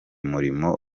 murimo